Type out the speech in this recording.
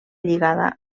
lligada